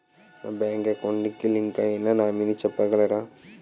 నా bank account కి link అయినా నామినీ చెప్పగలరా?